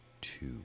two